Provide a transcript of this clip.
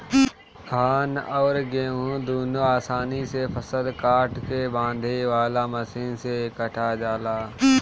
धान अउर गेंहू दुनों आसानी से फसल काट के बांधे वाला मशीन से कटा जाला